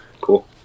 cool